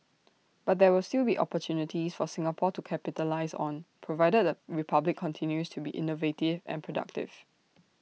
but there will still be opportunities for Singapore to capitalise on provided the republic continues to be innovative and productive